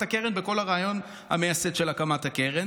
הקרן ובכל הרעיון המייסד של הקמת הקרן.